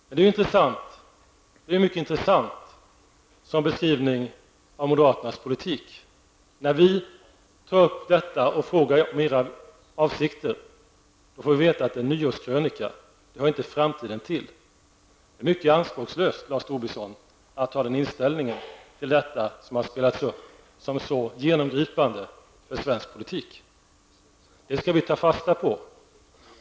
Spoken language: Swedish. Det är en mycket intressant beskrivning av moderaternas politik. När vi tar upp detta och frågar efter era avsikter, får vi veta att det är en nyårskrönika och att det inte hör framtiden till. Det är mycket anspråkslöst, Lars Tobisson, att ha den inställningen till detta som är så genomgripande för svensk politik. Det skall vi ta fasta på.